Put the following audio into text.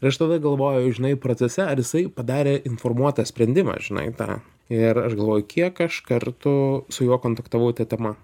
ir aš tada galvoju žinai procese ar jisai padarė informuotą sprendimą žinai tą ir aš galvoju kiek aš kartų su juo kontaktavau ta tema